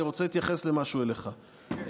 אני רוצה להתייחס למשהו אליך,